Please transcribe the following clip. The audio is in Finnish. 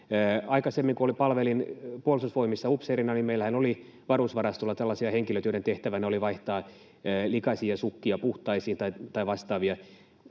Aikaisemmin, kun palvelin Puolustusvoimissa upseerina, meillähän oli varusvarastolla tällaisia henkilöitä, joiden tehtävänä oli vaihtaa likaisia sukkia puhtaisiin tai vastaavaa.